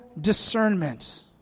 discernment